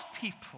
people